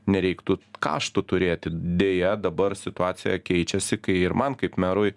nereiktų kaštų turėti deja dabar situacija keičiasi kai ir man kaip merui